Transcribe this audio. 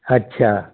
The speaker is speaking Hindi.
अच्छा